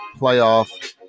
playoff